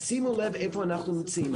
שימו לב איפה אנחנו נמצאים,